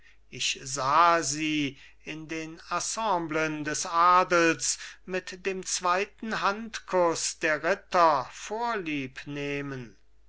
ich sahe sie in den assembleen des adels mit dem zweiten handkuß der ritter